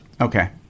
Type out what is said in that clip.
Okay